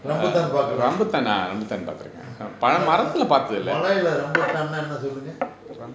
rambutan பாக்கலாம்:paakalaam malay leh rambutan னா என்னனு சொல்லுங்க:na ennannu sollunga